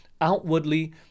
Outwardly